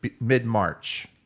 mid-March